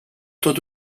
tot